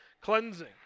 cleansing